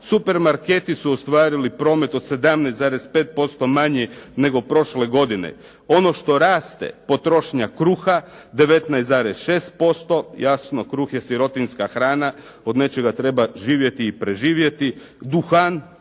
supermarketi su ostvarili promet od 17,5% manje nego prošle godine. Ono što raste potrošnja kruha 19,6% jasno kruh je sirotinjska hrana, od nečega treba živjeti i preživjeti. Duhan